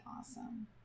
awesome